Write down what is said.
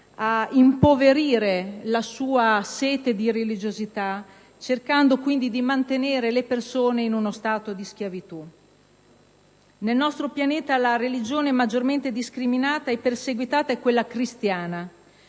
impoverendo la sua sete di religiosità e cercando di mantenere le persone in uno stato di schiavitù. Nel nostro pianeta, la religione maggiormente discriminata e perseguitata è quella cristiana: